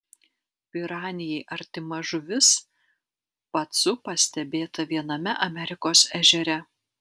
piranijai artima žuvis pacu pastebėta viename amerikos ežere